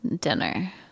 dinner